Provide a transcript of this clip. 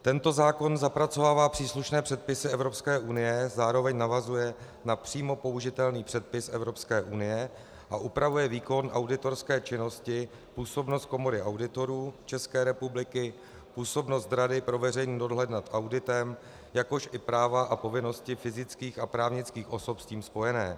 Tento zákon zapracovává příslušné předpisy Evropské unie, zároveň navazuje na přímo použitelný předpis Evropské unie a upravuje výkon auditorské činnosti, působnost Komory auditorů České republiky, působnost Rady pro veřejný dohled nad auditem, jakož i práva a povinnosti fyzických a právnických osob s tím spojené.